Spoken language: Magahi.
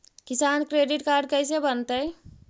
किसान क्रेडिट काड कैसे बनतै?